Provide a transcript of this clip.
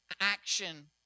action